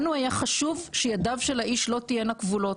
לנו היה חשוב שידיו של האיש לא תהיינה כבולות.